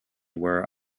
were